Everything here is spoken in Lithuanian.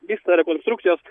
vyksta rekonstrukcijos